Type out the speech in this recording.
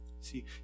See